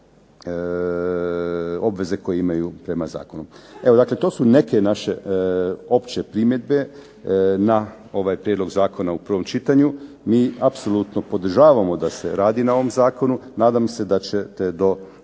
obveze koje imaju prema zakonu. Evo dakle to su neke naše opće primjedbe na ovaj prijedlog zakona u prvom čitanju. Mi apsolutno podržavamo da se radi na ovom zakonu. Nadam se da ćete do